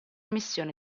missione